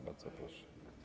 Bardzo proszę.